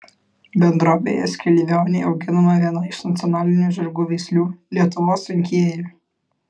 bendrovėje skilvioniai auginama viena iš nacionalinių žirgų veislių lietuvos sunkieji